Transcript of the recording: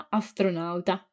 astronauta